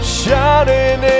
shining